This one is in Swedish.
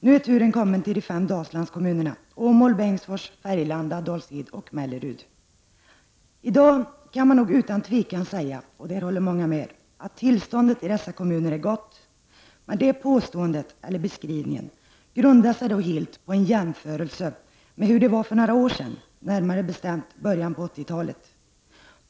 Nu har turen kommit till de fem Dalslandskommunerna Åmål, Bengtsfors, Färgelanda, Dals Ed och Mellerud. I dag kan man utan tvivel säga — och det är många som håller med — att tillståndet i dessa kommuner är gott. Men detta påstående eller denna beskrivning grundar sig helt på en jämförelse med hur det var för några år sedan, närmare bestämt i början av 80-talet.